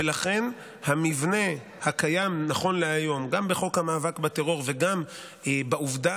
ולכן המבנה הקיים נכון להיום גם בחוק המאבק בטרור וגם בעובדה,